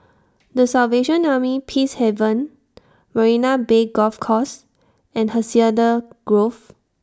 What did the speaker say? The Salvation Army Peacehaven Marina Bay Golf Course and Hacienda Grove